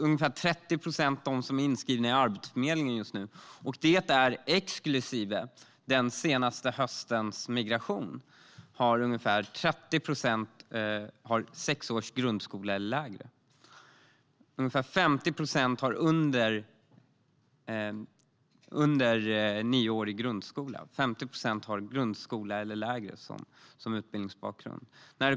Ungefär 30 procent av dem som är inskrivna på Arbetsförmedlingen har sex års grundskola eller lägre, och i denna siffra är inte den senaste höstens migration medräknad. Ungefär 50 procent har nioårig grundskola eller lägre som utbildningsbakgrund.